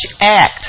act